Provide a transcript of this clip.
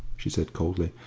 she said coldly.